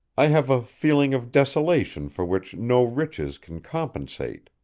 i have a feeling of desolation for which no riches can compensate.